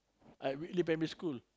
I Whitley primary school